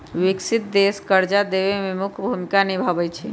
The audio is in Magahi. विकसित देश कर्जा देवे में मुख्य भूमिका निभाई छई